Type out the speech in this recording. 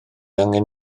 angen